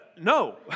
No